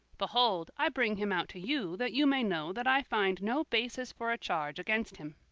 behold, i bring him out to you, that you may know that i find no basis for a charge against him.